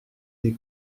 des